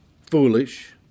foolish